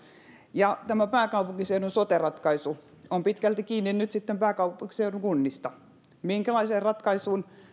ja pääkaupunkiseudun sote ratkaisussa on nyt sitten pitkälti kiinni pääkaupunkiseudun kunnista minkälaiseen ratkaisuun